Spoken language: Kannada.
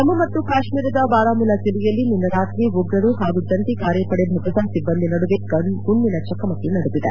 ಜಮ್ಮು ಮತ್ತು ಕಾಶ್ಮೀರದ ಬಾರಾಮುಲ್ಲಾ ಜಿಲ್ಲೆಯಲ್ಲಿ ನಿನ್ನೆ ರಾತ್ರಿ ಉಗ್ರರು ಹಾಗು ಜಂಟಿ ಕಾರ್ಯಪದೆ ಭದ್ರತಾ ಸಿಬ್ಬಂದಿ ನಡುವೆ ಗುಂಡಿನ ಚಕಮಕಿ ನಡೆದಿದೆ